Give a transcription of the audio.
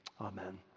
amen